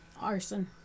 arson